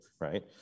Right